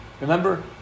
Remember